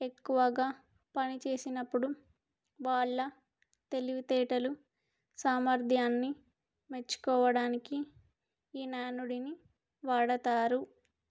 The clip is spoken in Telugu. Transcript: ఎక్కువగా పని చేసినప్పుడు వాళ్ళ తెలివితేేటలు సామర్థ్యాన్ని మెచ్చుకోవడానికి ఈ నానుడిని వాడతారు